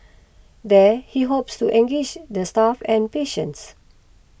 there he hopes to engage the staff and patients